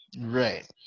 Right